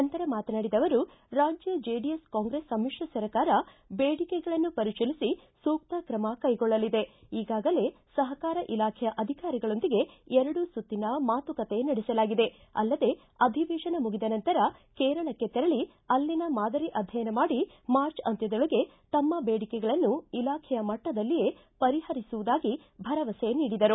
ನಂತರ ಮಾತನಾಡಿದ ಅವರು ರಾಜ್ಯ ಜೆಡಿಎಸ್ ಕಾಂಗ್ರೆಸ್ ಸಮಿತ್ರ ಸರ್ಕಾರ ಬೇಡಿಕೆಗಳನ್ನು ಪರಿತೀಲಿಸಿ ಸೂಕ್ತ ಕ್ರಮ ಕೈಗೊಳ್ಳಲಿದೆ ಈಗಾಗಲೇ ಸಹಕಾರ ಇಲಾಖೆಯ ಅಧಿಕಾರಿಗಳೊಂದಿಗೆ ಎರಡು ಸುತ್ತಿನ ಮಾತುಕತೆ ನಡೆಸಲಾಗಿದೆ ಅಲ್ಲದೆ ಅಧಿವೇಶನ ಮುಗಿದ ನಂತರ ಕೇರಳಕ್ಕೆ ತೆರಳಿ ಅಲ್ಲಿನ ಮಾದರಿ ಅಧ್ಯಯನ ಮಾಡಿ ಮಾರ್ಚ್ ಅಂತ್ವದೊಳಗೆ ತಮ್ನ ಬೇಡಿಕೆಗಳನ್ನು ಇಲಾಖೆಯ ಮಟ್ಟದಲ್ಲಿಯೇ ಪರಿಹರಿಸುವುದಾಗಿ ಭರವಸೆ ನೀಡಿದರು